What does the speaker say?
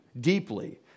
deeply